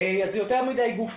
אם כן, יותר מדיי גופים.